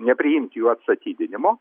nepriimti jų atstatydinimo